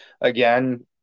again